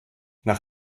nach